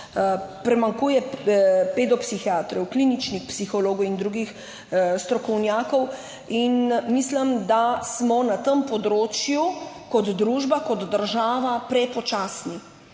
primanjkuje pedopsihiatrov, kliničnih psihologov in drugih strokovnjakov in mislim, da smo na tem področju kot družba, kot država prepočasni.